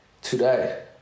Today